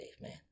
man